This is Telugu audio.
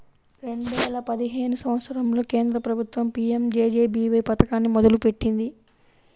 రెండేల పదిహేను సంవత్సరంలో కేంద్ర ప్రభుత్వం పీయంజేజేబీవై పథకాన్ని మొదలుపెట్టింది